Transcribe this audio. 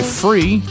free